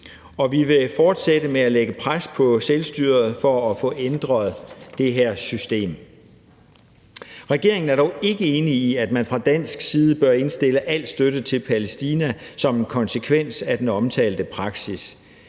Vi vil fortsætte med at lægge pres på selvstyret for at få ændret det her system. Regeringen er dog ikke enig i, at man fra dansk side bør indstille al støtte til Palæstina som en konsekvens af den omtalte praksis.